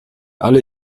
alle